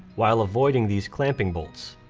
while avoiding these clamping bolts.